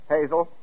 Hazel